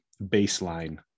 baseline